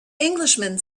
englishman